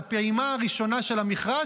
לפעימה הראשונה של המכרז,